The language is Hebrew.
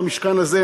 במשכן הזה,